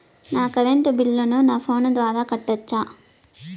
నా కరెంటు బిల్లును నా ఫోను ద్వారా కట్టొచ్చా?